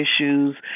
issues